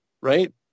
right